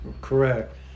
Correct